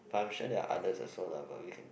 I'm sure there are others also lah but we can